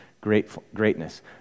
Greatness